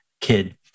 kid